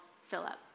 Philip